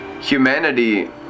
humanity